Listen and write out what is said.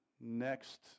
next